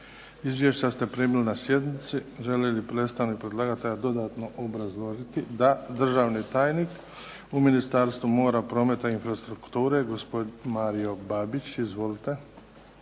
Izvješća ste primili na sjednici. Želi li predstavnik predlagatelja dodatno obrazložiti? Da. Državni tajnik u Ministarstvu mora, prometa i infrastrukture, gospodin Mario Babić. Izvolite.